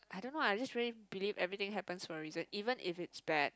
I don't know I just really believe everything happens for a reason even if it's bad